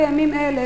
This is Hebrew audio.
בימים אלה,